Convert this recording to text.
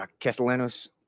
Castellanos